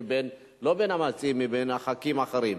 לא מבין המציעים אלא מהח"כים האחרים.